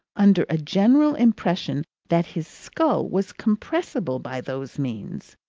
under a general impression that his skull was compressible by those means.